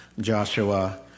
Joshua